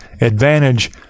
advantage